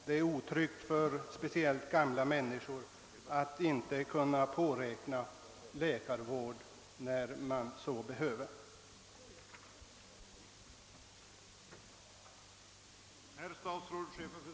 Det är otryggt för speciellt gamla människor att inte kunna påräkna läkarvård när de behöver sådan.